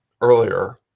earlier